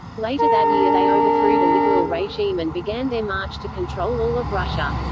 later that year they overthrew the liberal regime and began their march to control all of russia.